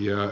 ja